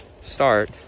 start